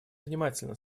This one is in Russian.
внимательно